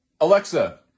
Alexa